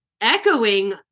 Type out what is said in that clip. echoing